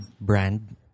brand